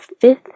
fifth